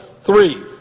three